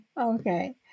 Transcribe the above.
Okay